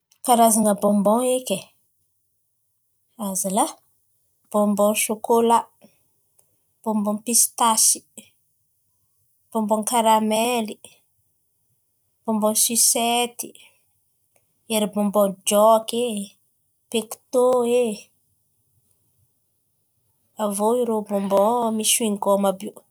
Karazan̈a bonbon eky e, azalahy! Bonbon shôkôlà, bonbon pistasy, bonbon karamely, bonbon sisety. Ery bonbon jôky e, pekto e, avy eo irô bonbon misy shingôm àby io.